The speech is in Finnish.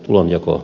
puhemies